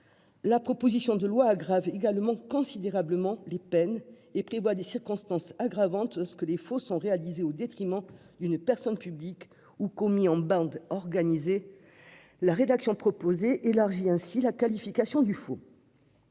la proposition de loi alourdit considérablement les peines et prévoit des circonstances aggravantes lorsque les faux sont réalisés au détriment d'une personne publique ou commis en bande organisée. La rédaction proposée élargit enfin la qualification du faux.